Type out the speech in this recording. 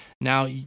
now